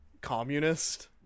communist